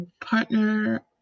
partner